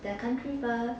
their country first